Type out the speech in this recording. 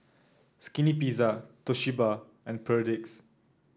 Skinny Pizza Toshiba and Perdix